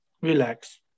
relax